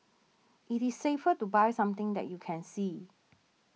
it is safer to buy something that you can see